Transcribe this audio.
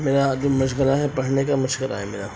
میرا عدم مشغلہ ہے پڑھنے کا مشغلہ ہے میرا